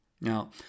Now